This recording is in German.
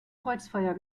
kreuzfeuer